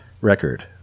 record